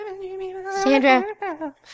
Sandra